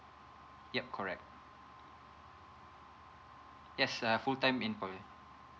yup correct yes uh full time in poly